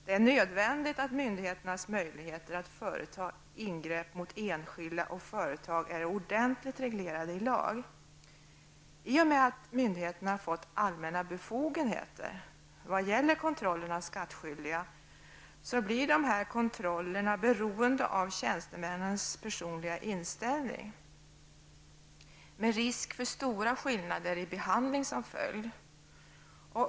Det är nödvändigt att myndigheternas möjligheter att företa ingrepp mot enskilda och företag är ordentligt reglerade i lag. I och med att myndigheterna fått allmänna befogenheter vad gäller kontrollen av de skattskyldiga, så blir dessa kontroller beroende av tjänstemännens personliga inställning med risk för stora skillnader i behandling som följd.